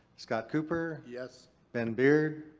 scott cooper. yes. ben beard.